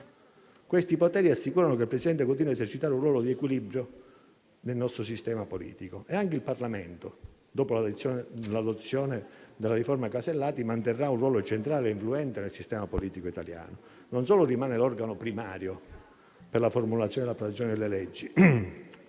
Questi poteri assicurano che il Presidente continui a esercitare un ruolo di equilibrio nel nostro sistema politico e anche il Parlamento, dopo l'adozione della riforma Casellati, manterrà un ruolo centrale e influente nel sistema politico italiano: non solo rimarrà l'organo primario per la formulazione e l'approvazione delle leggi,